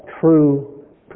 true